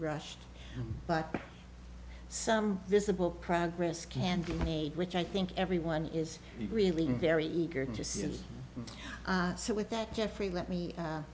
rushed but some visible progress can be made which i think everyone is really very eager to see so with that jeffrey let me